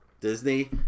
Disney